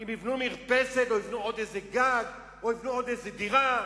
אם יבנו מרפסת או יבנו עוד איזה גג או יבנו עוד איזה דירה?